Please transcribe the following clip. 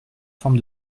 forme